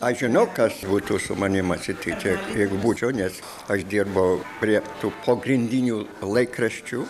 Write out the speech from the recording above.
aš žinau kas būtų su manim atsitikę jeigu būčiau nes aš dirbau prie tų pogrindinių laikraščių